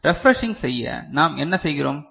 refreshing செய்ய நாம் என்ன செய்கிறோம்